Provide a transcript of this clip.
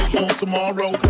Tomorrow